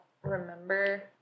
remember